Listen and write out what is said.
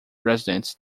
residents